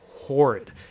horrid